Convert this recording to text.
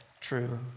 true